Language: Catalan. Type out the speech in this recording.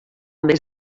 més